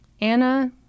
Anna